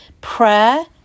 Prayer